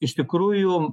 iš tikrųjų